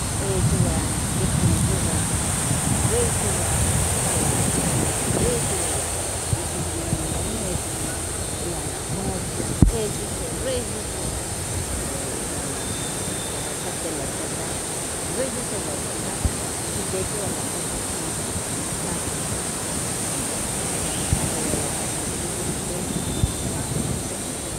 x'e chugua thi ji chugua nchri chugua thala xranthe xrui yese yaa ya thi thingi ndane'e se tha ya ndats'un se x'e chuse rue chuse ee jia la para tha the la thanda rue chuse la thanda jaantha chinyee chugua la nda nda thunaxa xan nechan nda nda thunaxa nechan le ya la thani nginixi se na n'a xri nch'i nche ngiche.